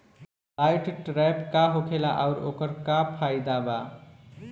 Light trap का होखेला आउर ओकर का फाइदा बा?